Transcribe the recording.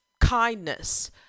kindness